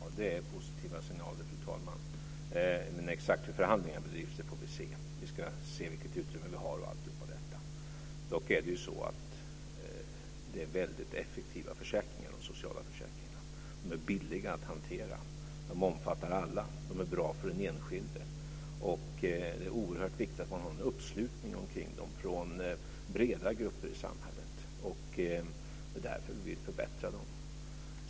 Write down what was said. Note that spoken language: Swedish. Fru talman! Ja, det är positiva signaler. Men exakt hur förhandlingarna bedrivs får vi se. Vi ska se vilket utrymme vi har och allt detta. Dock är det ju så att de sociala försäkringarna är väldigt effektiva. De är billiga att hantera. De omfattar alla. De är bra för den enskilde. Det är oerhört viktigt att man har en uppslutning kring dem från breda grupper i samhället. Det är därför vi vill förbättra dem.